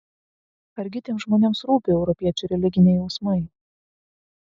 argi tiems žmonėms rūpi europiečių religiniai jausmai